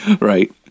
Right